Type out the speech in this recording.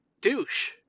douche